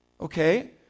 Okay